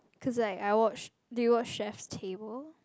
cause like I watch do you watch Chef Table